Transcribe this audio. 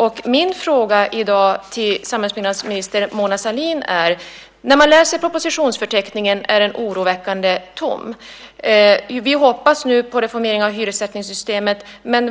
Jag har i dag några frågor till samhällsbyggnadsminister Mona Sahlin. När man läser propositionsförteckningen är den oroväckande tom. Vi hoppas nu på reformering av hyressättningssystemet.